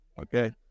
Okay